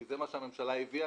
כי זה הממשלה הביאה,